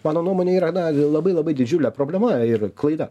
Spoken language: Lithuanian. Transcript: mano nuomone yra na labai labai didžiulė problema ir klaida